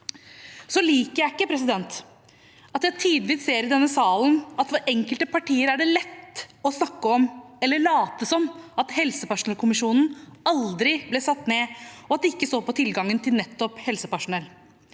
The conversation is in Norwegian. liker jeg ikke at jeg tidvis ser i denne salen at det for enkelte partier er lett å snakke om, eller late som, at helsepersonellkommisjonen aldri ble satt ned, og at det ikke står på tilgangen til nettopp helsepersonell.